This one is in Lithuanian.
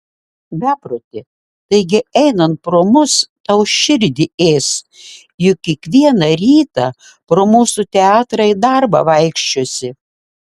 beproti taigi einant pro mus tau širdį ės juk kiekvieną rytą pro mūsų teatrą į darbą vaikščiosi